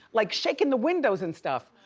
like shaking the windows and stuff,